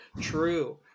true